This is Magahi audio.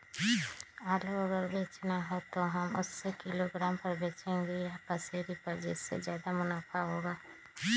आलू अगर बेचना हो तो हम उससे किलोग्राम पर बचेंगे या पसेरी पर जिससे ज्यादा मुनाफा होगा?